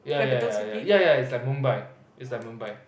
ya ya ya ya ya ya ya it's like Mumbai it's like Mumbai